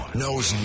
knows